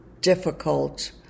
difficult